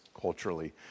culturally